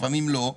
לפעמים לא,